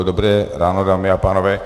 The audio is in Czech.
Dobré ráno, dámy a pánové.